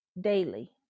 daily